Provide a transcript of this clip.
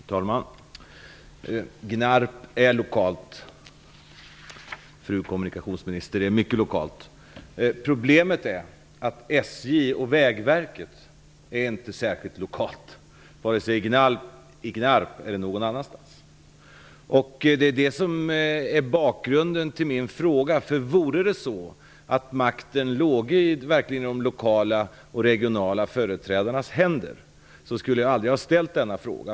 Fru talman! Gnarp är lokalt, fru kommunikationsminister, det är mycket lokalt. Problemet är att SJ och Vägverket inte är särskilt lokala, vare sig i Gnarp eller någon annanstans. Det är det som är bakgrunden till min fråga. Vore det så att makten låg i de lokala och regionala företrädarnas händer skulle jag aldrig ha ställt denna fråga.